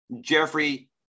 Jeffrey